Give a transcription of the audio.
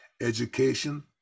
education